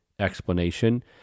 explanation